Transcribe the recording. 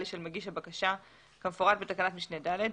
של מגיש הבקשה כפורט בתקנת משנה (ד),